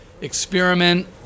experiment